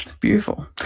Beautiful